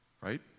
right